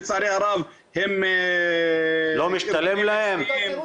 לצערי הרב --- לא משתלם להם?